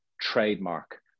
trademark